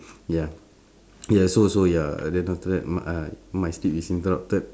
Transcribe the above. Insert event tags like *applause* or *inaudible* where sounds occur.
*breath* ya oh ya so so ya then after that my uh my sleep is interrupted